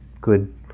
good